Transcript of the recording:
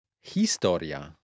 Historia